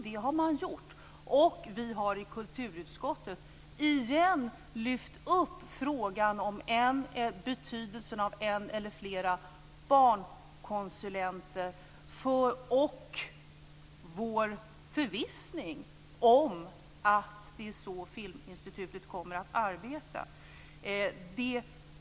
Det har man gjort, och vi har i kulturutskottet igen lyft fram frågan om betydelsen av en eller flera barnkonsulenter och vår förvissning om att det är så Filminstitutet kommer att arbeta.